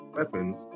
weapons